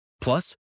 Plus